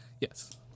Yes